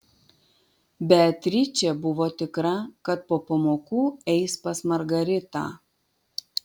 beatričė buvo tikra kad po pamokų eis pas margaritą